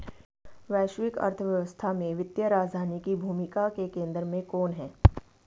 वैश्विक अर्थव्यवस्था में वित्तीय राजधानी की भूमिका के केंद्र में कौन है?